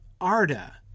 Arda